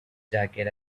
jacket